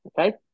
okay